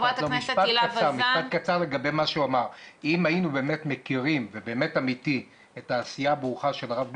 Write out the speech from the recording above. אם היינו באמת מכירים את העשייה הברוכה של הרב גלויברמן,